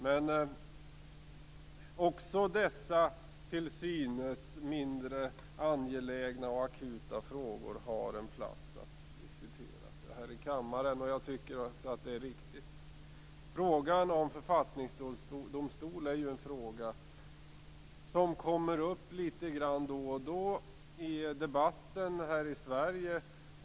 Men också dessa till synes mindre angelägna och akuta frågor har en plats att diskuteras på - här i kammaren. Jag tycker alltså att det är riktigt. Frågan om en författningsdomstol är en fråga som kommer upp litet då och då i debatten här i Sverige.